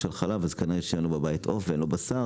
על חלב אז כנראה שאין לו בבית עוף ואין לו בשר,